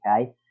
okay